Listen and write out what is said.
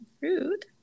Rude